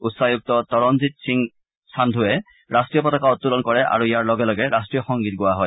উচ্চায়ুক্ত তৰণজিৎ সিং সাঙ্গুৱে ৰাষ্ট্ৰীয় পতাকা উত্তোলন কৰে আৰু ইযাৰ লগে লগে ৰাষ্ট্ৰীয় সংগীত গোৱা হয়